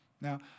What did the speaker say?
Now